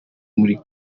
muri